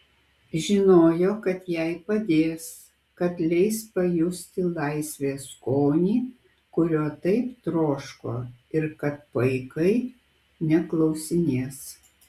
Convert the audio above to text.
žinojo kad jai padės kad leis pajusti laisvės skonį kurio taip troško ir kad paikai neklausinės